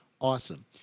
awesome